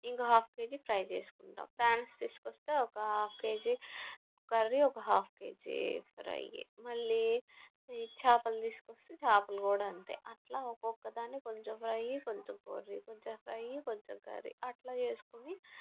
ఇంకో half kg fry చేసుకుంటాము prawns తీసుకొస్తే ఒక హాఫ్ కేజీ కర్రీ ఒక హాఫ్ కేజీ ఫ్రై మళ్ళీ చేపలు తీసుకొస్తే చేపలు కూడా అంతే అట్లా ఒక్కొక్కదాన్ని కొంచెం ఫ్రై కొంచెం కర్రీ కొంచెం ఫ్రై కొంచెం కర్రీ అట్లా చేసుకొని